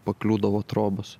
pakliūdavo trobos